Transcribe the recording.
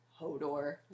Hodor